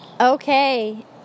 Okay